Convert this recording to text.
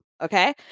Okay